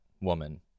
woman